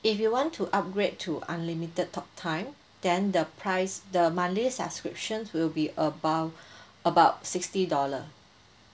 if you want to upgrade to unlimited talk time then the price the monthly subscriptions will be about about sixty dollar